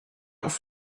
auf